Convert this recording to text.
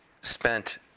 spent